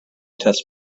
test